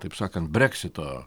taip sakant breksito